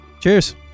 Cheers